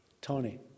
Tony